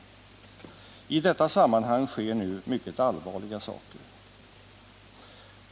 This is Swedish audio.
I detta sammanhang sker nu mycket allvarliga saker.